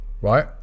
right